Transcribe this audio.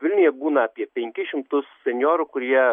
vilniuje būna apie penkis šimtus senjorų kurie